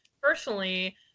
personally